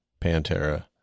pantera